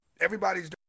everybody's